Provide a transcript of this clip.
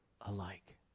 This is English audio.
alike